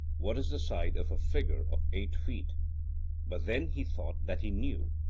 what is the side of a figure of eight feet but then he thought that he knew,